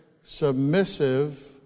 submissive